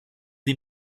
sie